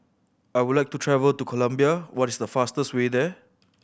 I would like to travel to Colombia what is the fastest way there